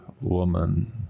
woman